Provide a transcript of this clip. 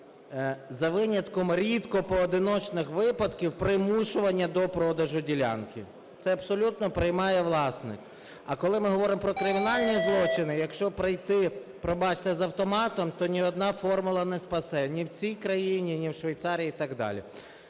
за винятком рідко по одиночних випадків, примушування до продажу ділянки. Це абсолютно приймає власник. А коли ми говоримо про кримінальні злочини, якщо прийти, пробачте, з автоматом, то ні одна формула не спасе ні в цій країні, ні в Швейцарії і так далі.